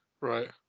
right